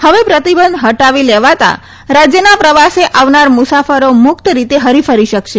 હવે પ્રતિબંધ હટાવી લેવાતાં રાજયના પ્રવાસે આવનાર મુસાફરો મુક્ત રીતે હરીફરી શકશે